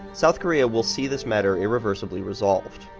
south korea will see this matter irreversible resolved,